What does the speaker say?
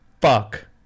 fuck